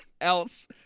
else